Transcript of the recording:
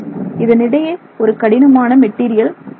இதனிடையே ஒரு கடினமான மெட்டீரியல் இருக்கும்